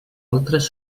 altres